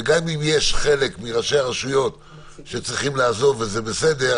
וגם אם יש חלק מראשי הרשויות שצריכים לעזוב זה בסדר,